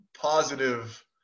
positive